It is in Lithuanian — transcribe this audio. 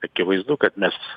akivaizdu kad mes